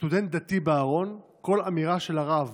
שכסטודנט דתי בארון, כל אמירה של הרב